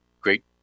Great